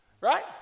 Right